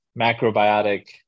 macrobiotic